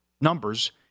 numbers